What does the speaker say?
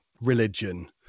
religion